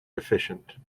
efficient